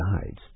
sides